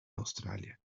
australia